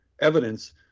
evidence